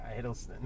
Hiddleston